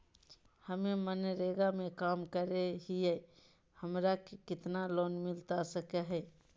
हमे मनरेगा में काम करे हियई, हमरा के कितना लोन मिलता सके हई?